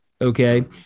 Okay